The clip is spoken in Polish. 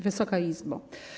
Wysoka Izbo!